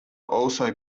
also